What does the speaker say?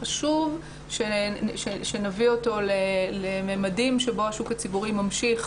חשוב שנביא אותו למימדים שבו השוק הציבורי ממשיך